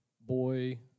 boy